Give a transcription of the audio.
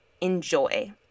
enjoy